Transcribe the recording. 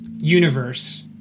universe